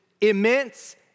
immense